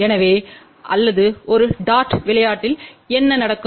எனவே அல்லது ஒரு டார்ட் விளையாட்டில் என்ன நடக்கும்